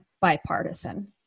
bipartisan